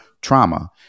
trauma